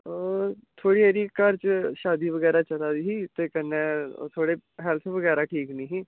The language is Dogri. थोह्ड़ी हारी घर च शादी बगैरा चला दी ही ते कन्नै थोह्ड़ी हैल्थ बगैरा ठीक नेईं ही